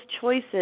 choices